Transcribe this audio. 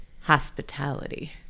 hospitality